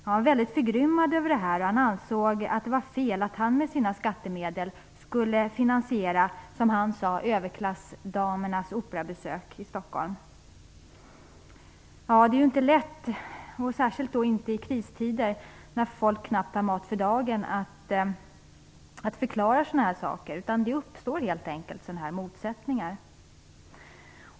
Han var väldigt förgrymmade över det här och ansåg att det var fel att han med sina skattemedel skulle finansiera, som han sade, överklassdamernas operabesök i Stockholm. Särskilt i kristider när folk knappt har mat för dagen är det inte lätt att förklara dessa saker. Det uppstår helt enkelt sådana här motsättningar.